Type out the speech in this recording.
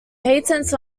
patents